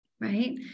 Right